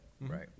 Right